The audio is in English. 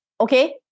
okay